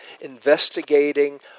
investigating